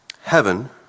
Heaven